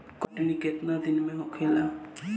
कटनी केतना दिन में होखेला?